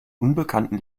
unbekannten